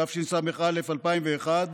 תשס"א 2001,